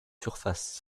surface